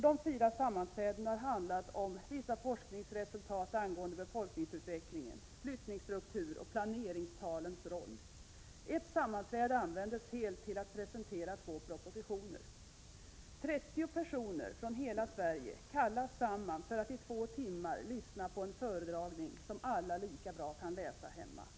Dessa har handlat om vissa forskningsresultat angående befolkningsutveckling, flyttningsstruktur och planeringstalens roll. Ett sammanträde användes helt till att presentera två propositioner. 30 personer från hela Sverige kallas samman för att i två timmar lyssna på en föredragning som alla lika bra hade kunnat läsa hemma. = Prot.